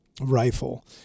rifle